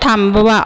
थांबवा